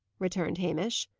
returned hamish.